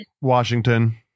Washington